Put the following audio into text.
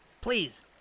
Please